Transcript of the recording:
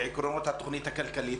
ועקרונות התכנית הכלכלית.